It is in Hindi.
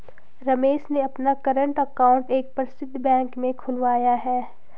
रमेश ने अपना कर्रेंट अकाउंट एक प्रसिद्ध बैंक में खुलवाया है